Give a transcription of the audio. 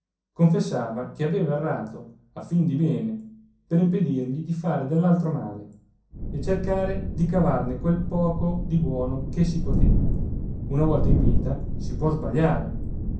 confessava che aveva errato a fin di bene per impedirgli di far dell'altro male e cercare di cavarne quel poco di buono che si poteva una volta in vita si può sbagliare